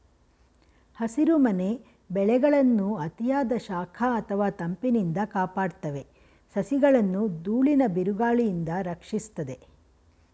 ಹಸಿರುಮನೆ ಬೆಳೆಗಳನ್ನು ಅತಿಯಾದ ಶಾಖ ಅಥವಾ ತಂಪಿನಿಂದ ಕಾಪಾಡ್ತವೆ ಸಸಿಗಳನ್ನು ದೂಳಿನ ಬಿರುಗಾಳಿಯಿಂದ ರಕ್ಷಿಸ್ತದೆ